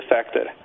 affected